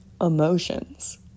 emotions